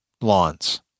lawns